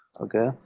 okay